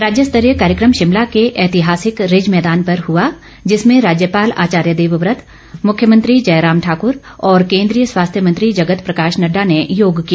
राज्य स्तरीय कार्यक्रम शिमला के ऐतिहासिक रिज मैदान पर हुआ जिसमें राज्यपाल आचार्य देवव्रत मुख्यमंत्री जयराम ठाकर और केन्द्रीय स्वास्थ्य मंत्री जगत प्रकाश नड़डा ने योग किया